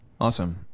Awesome